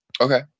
Okay